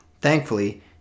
Thankfully